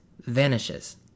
vanishes